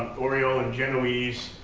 oriole in genoese,